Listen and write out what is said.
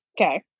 okay